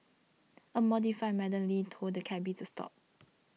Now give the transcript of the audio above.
a horrified Madam Lin told cabby to stop